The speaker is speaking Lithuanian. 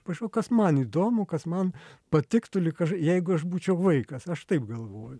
paišau kas man įdomu kas man patiktų lyg aš jeigu aš būčiau vaikas aš taip galvoju